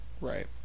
right